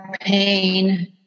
pain